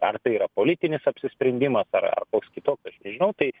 ar tai yra politinis apsisprendimas ar ar koks kitoks aš nežinau tai